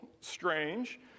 strange